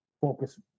Focus